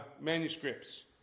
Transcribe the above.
manuscripts